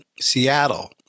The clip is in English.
seattle